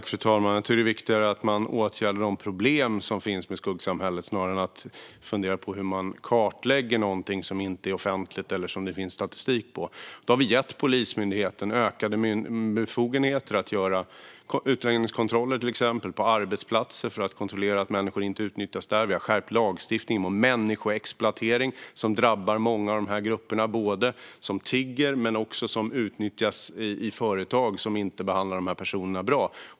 Fru talman! Jag tror att det är viktigare att man åtgärdar de problem som finns med skuggsamhället snarare än att fundera över hur man kartlägger något som inte är offentligt eller som det inte finns statistik på. Vi har gett Polismyndigheten ökade befogenheter att göra till exempel utlänningskontroller på arbetsplatser för att kontrollera att människor inte utnyttjas där. Lagstiftningen mot människoexploatering har skärpts. Det är något som drabbar många i dessa grupper, till exempel i form av tiggeri eller i företag som inte behandlar personerna bra.